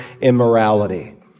immorality